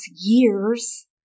years